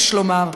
יש לומר.